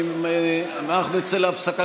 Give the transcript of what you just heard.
אנחנו סיימנו?